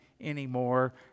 anymore